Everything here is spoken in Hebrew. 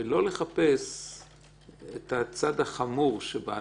ויש מחלוקות ולא לחפש את הצד החמור שבהלכה.